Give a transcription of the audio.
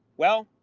well,